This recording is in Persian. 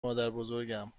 مادربزرگم